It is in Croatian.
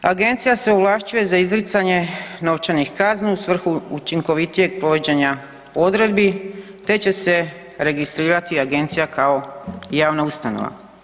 Agencija se ovlašćuje za izricanje novčanih kazni u svrhu učinkovitijeg provođenja odredbi, te će se registrirati agencija kao javna ustanova.